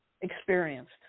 experienced